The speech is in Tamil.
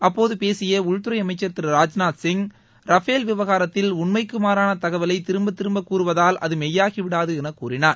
அப்போது பேசிய உள்துறை அமைச்சள் திரு ராஜ்நாத்சிங் ரஃபேல் விவகாரத்தில் உண்மைக்கு மாறான தகவலை திரும்பத் திரும்பக் கூறுவதால் அது மெய்யாகிவிடாது என கூறினார்